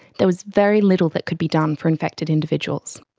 there was very little that could be done for infected individuals.